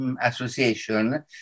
Association